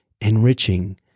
enriching